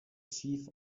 chief